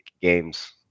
games